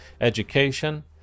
education